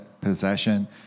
possession